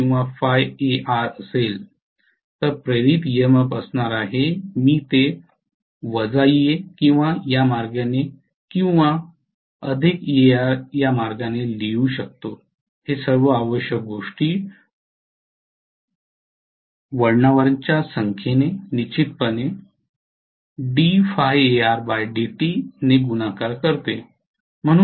तर induced EMF असणार आहे मी ते Ea किंवा या मार्गाने किंवा Ear या मार्गाने लिहू शकतो हे सर्व आवश्यक गोष्टी वळणांच्या संख्येने निश्चितपणे ने गुणाकार करते